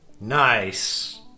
Nice